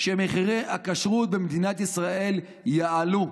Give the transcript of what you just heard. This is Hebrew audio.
מחירי הכשרות במדינת ישראל יעלו.